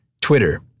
Twitter